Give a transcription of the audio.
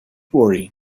worry